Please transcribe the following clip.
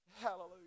Hallelujah